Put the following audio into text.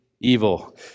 evil